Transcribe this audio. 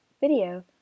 video